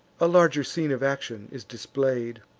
a larger scene of action is display'd